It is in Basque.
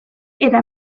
eta